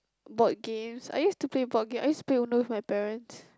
board games I used to play board games I used to play uno with my parents